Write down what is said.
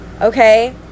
okay